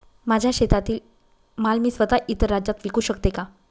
माझ्या शेतातील माल मी स्वत: इतर राज्यात विकू शकते का?